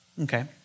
Okay